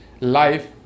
life